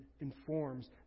informs